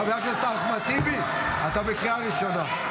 חבר הכנסת אחמד טיבי, אתה בקריאה ראשונה.